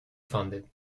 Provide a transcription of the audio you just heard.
funded